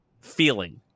feeling